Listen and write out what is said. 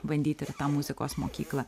bandyti ir tą muzikos mokyklą